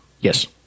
Yes